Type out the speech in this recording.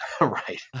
Right